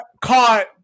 caught